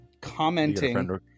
commenting